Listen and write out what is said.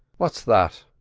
what's that?